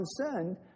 concerned